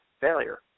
failure